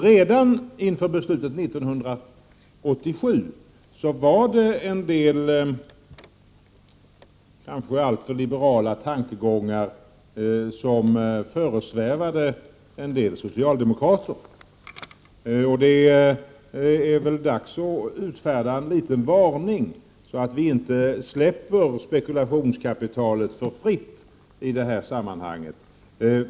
Redan inför beslutet 1987 var det en del kanske alltför liberala tankegångar som föresvävade vissa socialdemokrater. Det är dags att utfärda en liten varning så att vi inte släpper spekulationskapitalet för fritt i det här sammanhanget.